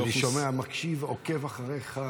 אני שומע, מקשיב, עוקב אחריך.